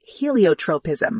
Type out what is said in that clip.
heliotropism